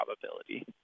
probability